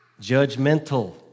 judgmental